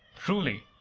truly!